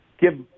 give